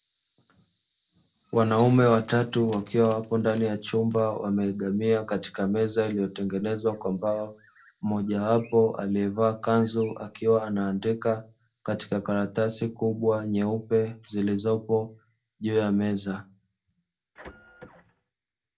Wanaume watatu wakiwa wapo ndani ya chumba wameegamia katika meza iliyo tengenezwa kwa mbao mmoja wapo aliyevaa kanzu akiwa anaandika katika karatasi kubwa nyeupe zilizopo juu ya meza.